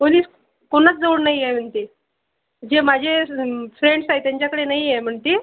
कोणीच कोणाचजवळ नाही आहे म्हणते जे माझे फ्रेंडस् आहे त्यांच्याकडे नाही आहे म्हणते